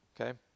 okay